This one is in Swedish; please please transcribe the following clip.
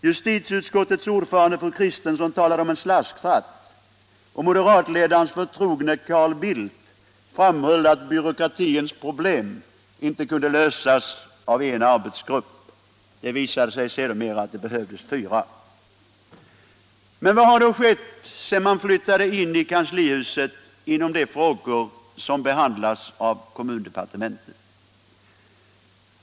Justitieutskottets ordförande fru Kristensson talade om en ”slasktratt”, och moderatledarens förtrogne Carl Bildt framhöll att byråkratins problem inte kunde lösas av en arbetsgrupp — det visade sig sedermera att det behövdes fyra. Men vad har då skett sedan de borgerliga flyttade in i kanslihuset inom de frågor som behandlas av kommundepartementet?